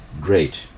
Great